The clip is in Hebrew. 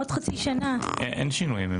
עוד חצי שנה- -- אין שינויים.